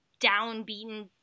downbeaten